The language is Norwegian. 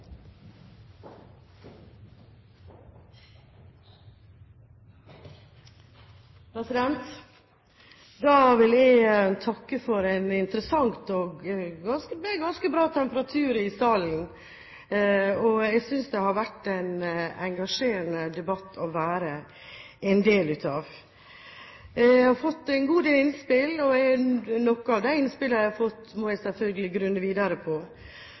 Da vil jeg takke for en interessant debatt. Det ble ganske bra temperatur i salen. Jeg synes det har vært en engasjerende debatt å ta del i. Jeg har fått en god del innspill. Noen av de innspillene jeg har fått, må jeg selvfølgelig grunne videre på.